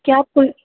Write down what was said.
क्या आप कोई